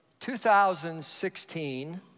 2016